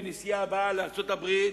בנסיעה הבאה לארצות-הברית,